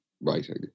writing